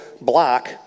block